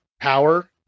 power